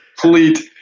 complete